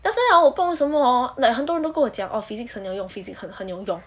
所以 hor 我不懂为什么 hor like 很多人都跟我讲 orh physics 很难用 physics 很很难懂